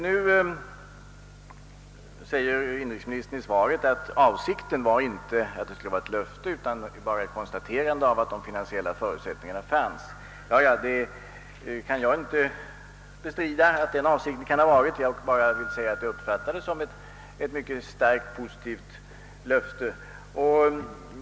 Nu säger inrikesministern i svaret att avsikten var inte att avge ett löfte utan endast att konstatera att de finansiella förutsättningarna fanns. Jag kan inte bestrida att detta kan ha varit avsikten, utan kan bara säga att uttalandet uppfattades som ett mycket starkt positivt löfte.